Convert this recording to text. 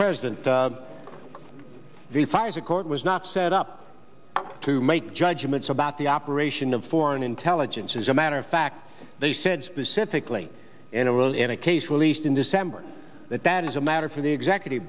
court was not set up to make judgments about the operation of foreign intelligence as a matter of fact they said specifically in iran in a case released in december that that is a matter for the executive